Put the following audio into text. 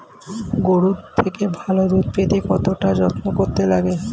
গরুর থেকে ভালো দুধ পেতে কতটা যত্ন করতে লাগে